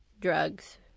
drugs